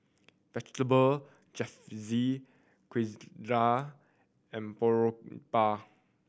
Vegetable Jalfrezi Quesadillas and Boribap